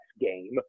game